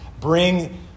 bring